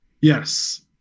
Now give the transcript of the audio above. yes